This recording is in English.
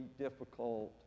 difficult